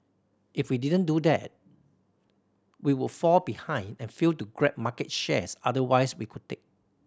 if we didn't do that we would fall behind and fail to grab market share otherwise we could take